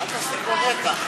אל תפסיק במתח.